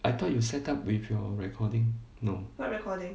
I thought you set up with your recording no